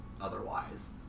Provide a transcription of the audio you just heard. otherwise